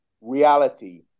reality